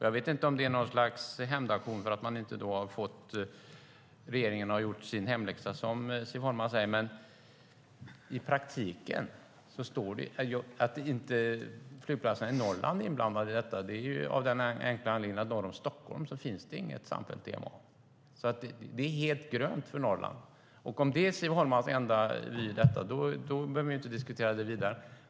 Jag vet inte om det är något slags hämndaktion för att regeringen inte har gjort sin hemläxa, som Siv Holma säger, men i praktiken står det så. Flygplatserna i Norrland är inte inblandade i detta av den enkla anledningen att norr om Stockholm finns det inget samfällt TMA. Det är därför helt grönt för Norrland. Om det är Siv Holmas enda vy i detta behöver vi inte diskutera det vidare.